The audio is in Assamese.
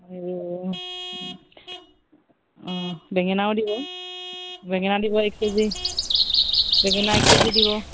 আৰু বেঙেনাও দিব বেঙেনা দিব এক কেজি বেঙেনা এক কেজি দিব